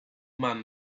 man